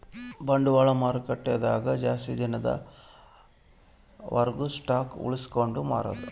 ಬಂಡವಾಳ ಮಾರುಕಟ್ಟೆ ದಾಗ ಜಾಸ್ತಿ ದಿನದ ವರ್ಗು ಸ್ಟಾಕ್ಷ್ ಉಳ್ಸ್ಕೊಂಡ್ ಮಾರೊದು